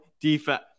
defense